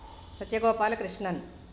Satyagopalakrishnan